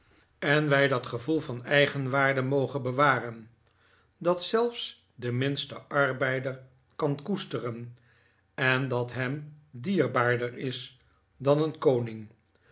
en wij dat gevoel van eigenwaarde mogen bewaren dat zelfs de minste arbeider kan koesteren en dat hem dierbaarder is dan een koning